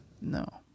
No